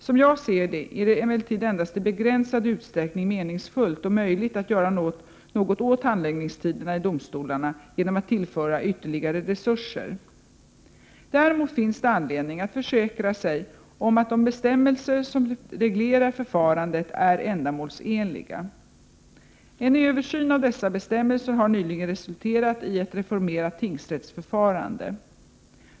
Som jag ser det är det emellertid endast i begränsad utsträckning meningsfullt och möjligt att göra något åt handläggningstiderna i domstolarna genom att tillföra ytterligare resurser. Däremot finns det anledning att försäkra sig om att de bestämmelser som reglerar förfarandet är ändamålsenliga. En översyn av dessa bestämmelser har nyligen resulterat i ett reformerat tingsrättsförfarande.